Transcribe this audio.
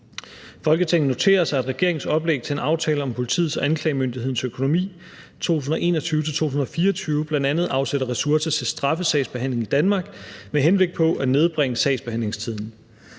Folketinget noterer sig, at regeringens oplæg til en aftale om politiets og anklagemyndighedens økonomi 2021-2024 bl.a. afsætter ressourcer til straffesagsbehandlingen i Danmark med henblik på at nedbringe sagsbehandlingstiden.